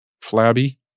flabby